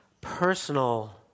personal